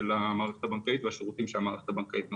המערכת הבנקאית והשירותים שהמערכת הבנקאית נותנת.